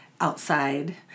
outside